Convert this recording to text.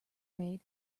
raid